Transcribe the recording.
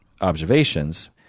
observations